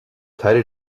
teile